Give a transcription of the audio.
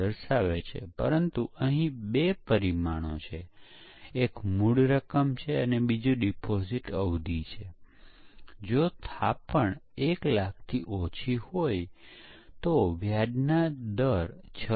તેથી પરીક્ષકને આ સાધનો વિશે જાણવાની જરૂર છે અને એટલું જ નહીં તેને નવી પરીક્ષણ તકનીકો પણ જાણવાની જરૂર છે